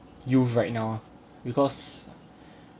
youth right now because